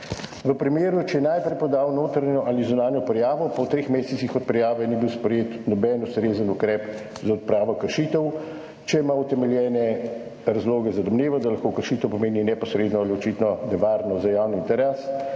– če je najprej podal notranjo ali zunanjo prijavo, pa po treh mesecih od prijave ni bil sprejet noben ustrezen ukrep za odpravo kršitev, če ima utemeljene razloge za domnevo, da lahko kršitev pomeni neposredno ali očitno nevarnost za javni interes,